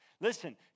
Listen